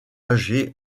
âgé